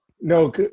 No